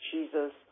Jesus